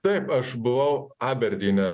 taip aš buvau aberdyne